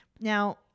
Now